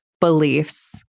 beliefs